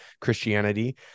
Christianity